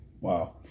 Wow